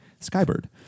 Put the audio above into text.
skybird